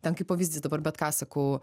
ten kaip pavyzdys dabar bet ką sakau